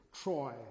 Troy